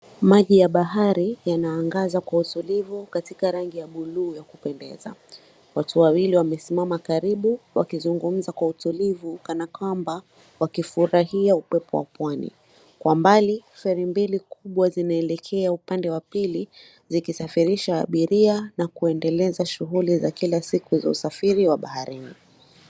Maji ya bahari yanaangaza kwa utulivu katika maji ya buluu yakupendeza. Watu wawili wamesimama karibu wakizungumza kwa utulivu kana kwamba wakifurahia upepo wa pwani. Kwa mbali, feri mbili kubwa zinaelekea upande wa pili, zikisafirisha abiria na kuendeleza shughuli za kila siku za usafiri wa baharini.